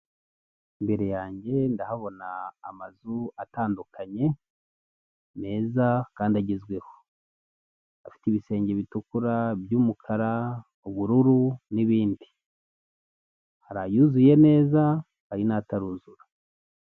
Imbere yange ndahabona amazu atandukanye meza kandi agezweho, afite ibisenge bitukura, by'umukara, ubururu n'ibindi, hari ayuzuye neza, hari n'ataruzura.